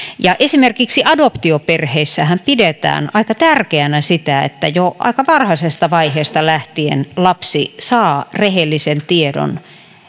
tärkeää esimerkiksi adoptioperheissähän pidetään aika tärkeänä sitä että jo aika varhaisesta vaiheesta lähtien lapsi saa rehellisen tiedon